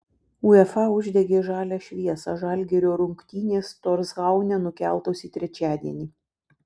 uefa uždegė žalią šviesą žalgirio rungtynės torshaune nukeltos į trečiadienį